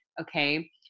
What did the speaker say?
okay